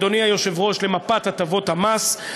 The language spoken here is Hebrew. אדוני היושב-ראש, למפת הטבות המס.